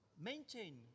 maintain